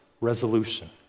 resolution